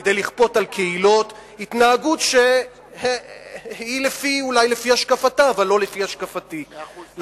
כדי לכפות על קהילות התנהגות שהיא אולי לפי השקפתה אבל לא לפי השקפתי.